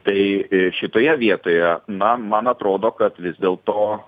tai šitoje vietoje na man atrodo kad vis dėl to